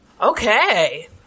Okay